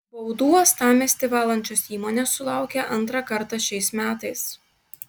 baudų uostamiestį valančios įmonės sulaukia antrą kartą šiais metais